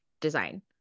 design